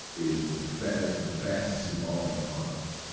is the fa, is the fastest evolving part of us.